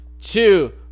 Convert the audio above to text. two